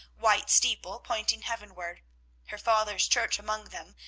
white steeple pointing heavenward her father's church among them,